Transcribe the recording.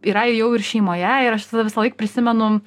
yra jau ir šeimoje ir aš visada visąlaik prisimenu